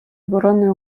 оборони